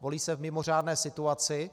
Volí se v mimořádné situaci.